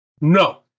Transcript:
No